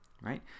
Right